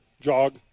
Jog